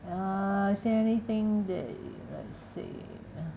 uh say anything that let's see